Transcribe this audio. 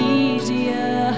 easier